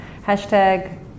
hashtag